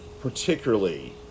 particularly